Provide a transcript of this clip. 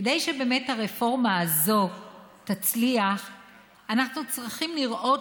כדי שבאמת הרפורמה הזו תצליח אנחנו צריכים לראות